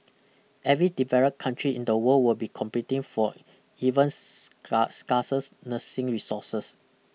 every developed country in the world will be competing for even scarce scarces nursing resources